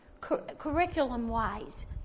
curriculum-wise